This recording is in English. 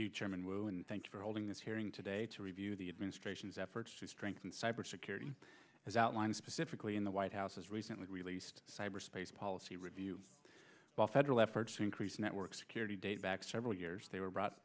and thanks for holding this hearing today to review the administration's efforts to strengthen cyber security as outlined specifically in the white house's recently released cyberspace policy review the federal efforts to increase network security date back several years they were brought